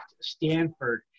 Stanford